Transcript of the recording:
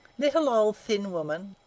little old thin women,